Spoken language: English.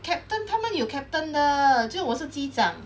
captain 他们有 captain 的就我是机长